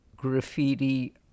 Graffiti